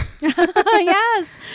yes